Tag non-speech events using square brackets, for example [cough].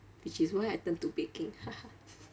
which is why I turn to baking [laughs]